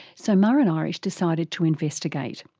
so muireann irish decided to investigate.